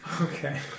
Okay